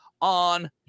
on